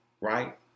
right